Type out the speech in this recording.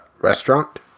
restaurant